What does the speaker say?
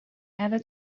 ever